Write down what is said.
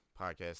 podcast